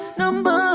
number